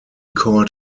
called